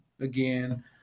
Again